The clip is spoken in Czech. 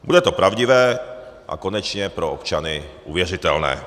Bude to pravdivé a konečně pro občany uvěřitelné.